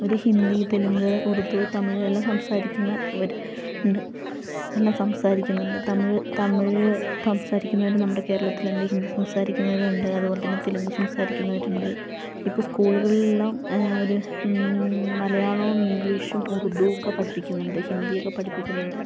ഒരു ഹിന്ദി തെലുങ്ക് ഉർദു തമിഴ് എല്ലാം സംസാരിക്കുന്നവർ ഉണ്ട് എല്ലാം സംസാരിക്കുന്നുണ്ട് തമിഴ് തമിഴ് സംസാരിക്കുന്നവർ നമ്മുടെ കേരളത്തിലുണ്ട് ഹിന്ദി സംസാരിക്കുന്നവരുമുണ്ട് അതുപോലെ തന്നെ തെലുങ്ക് സംസാരിക്കുന്നവരുണ്ട് ഇപ്പോൾ സ്കൂളുകളിലെല്ലാം ഒരു മലയാളവും ഇംഗ്ലീഷും ഉറുദു ഒക്ക പഠിപ്പിക്കുന്നുണ്ട് ഹിന്ദിയൊക്കെ പഠിപ്പിക്കുന്നുണ്ട്